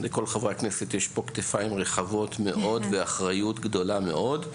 לכל חברי הכנסת פה יש כתפיים רחבות מאוד ואחריות גדולה מאוד.